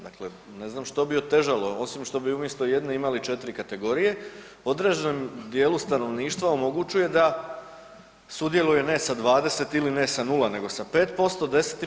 Dakle, ne znam što bi otežalo osim što bi umjesto jedne, imali 4 kategorije, određenom djelu stanovništva omogućuje da sudjeluje ne sa 20 ili ne sa 0 nego sa 5%, 10 i 15.